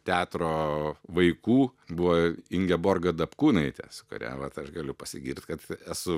teatro vaikų buvo ingeborga dapkūnaitė kurią vat aš galiu pasigirt kad esu